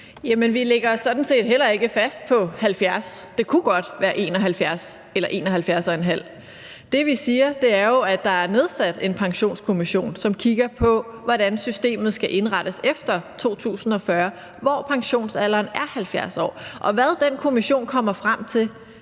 vi lægger os sådan set heller ikke fast på 70 år – det kunne godt være 71 eller 71½ år. Det, vi siger, er jo, at der er nedsat en pensionskommission, som kigger på, hvordan systemet skal indrettes efter 2040, hvor pensionsalderen er 70 år. Og hvad den kommission kommer frem til,